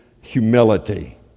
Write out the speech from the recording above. humility